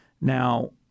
Now